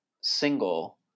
single